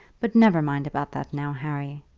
but never mind about that now, harry.